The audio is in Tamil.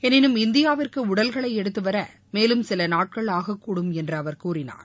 எளினும் இந்தியாவிற்கு உடல்களை எடுத்துவர மேலும் சில நாட்கள் ஆகக்கூடும் என்று அவர் கூறினார்